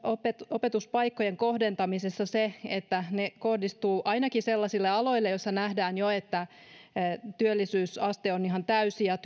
opetuspaikkojen kohdentamisessa se että ne kohdistuvat ainakin sellaisille aloille joissa nähdään jo että työllisyysaste on ihan täysi ja